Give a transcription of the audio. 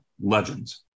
legends